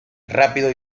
rápido